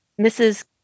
Mrs